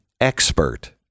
expert